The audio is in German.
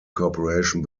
corporation